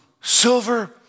silver